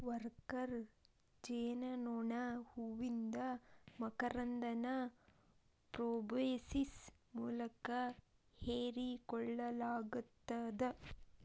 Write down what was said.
worker ಜೇನನೋಣ ಹೂವಿಂದ ಮಕರಂದನ ಪ್ರೋಬೋಸಿಸ್ ಮೂಲಕ ಹೇರಿಕೋಳ್ಳಲಾಗತ್ತದ